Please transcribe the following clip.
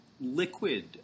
liquid